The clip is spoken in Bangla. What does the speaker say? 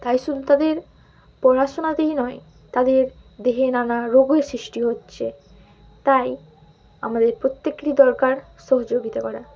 তাই শুধু তাদের পড়াশোনাতেই নয় তাদের দেহে নানা রোগের সৃষ্টি হচ্ছে তাই আমাদের প্রত্যেকেরই দরকার সহযোগিতা করা